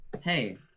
Hey